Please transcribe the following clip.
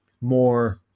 more